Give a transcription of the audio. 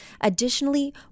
Additionally